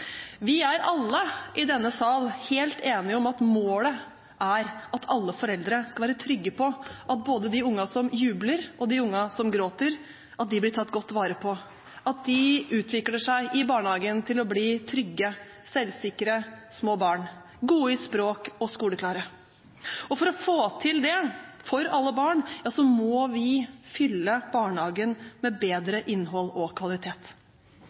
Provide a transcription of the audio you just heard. Vi er alle i denne sal helt enige om at målet er at alle foreldre skal være trygge på at både de ungene som jubler og de ungene som gråter, blir tatt godt vare på, at de utvikler seg i barnehagen til å bli trygge, selvsikre små barn, gode i språk og skoleklare. For å få til det for alle barn må vi fylle barnehagen med bedre innhold og kvalitet.